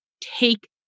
take